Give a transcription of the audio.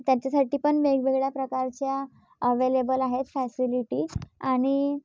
त्यांच्यासाठी पण वेगवेगळ्या प्रकारच्या अवेलेबल आहेत फॅसिलिटी आणि